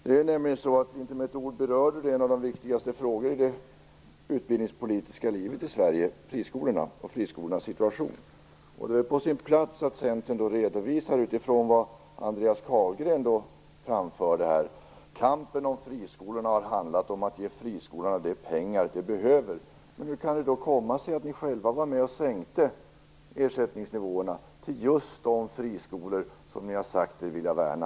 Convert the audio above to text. Inte med ett ord berörde Marie Wilén en av de viktigaste frågorna i det utbildningspolitiska livet i Sverige, nämligen friskolorna och friskolornas situation. Det är väl på sin plats att Centern redovisar sin syn på detta utifrån vad Andreas Carlgren framförde här: Kampen om friskolorna har handlat om att ge friskolorna de pengar de behöver. Men hur kan det då komma sig att ni själva var med och sänkte ersättningsnivåerna till just de friskolor som ni har sagt er vilja värna?